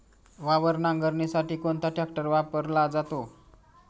वावर नांगरणीसाठी कोणता ट्रॅक्टर वापरला जातो?